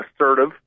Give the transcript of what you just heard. assertive